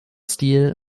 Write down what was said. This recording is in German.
stil